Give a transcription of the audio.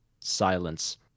Silence